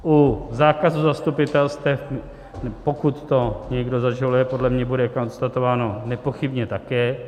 U zákazu zastupitelstev, pokud to někdo zažaluje, podle mě bude konstatováno nepochybně také.